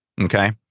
Okay